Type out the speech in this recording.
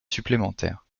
supplémentaires